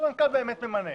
והמנכ"ל ממנה,